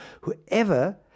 whoever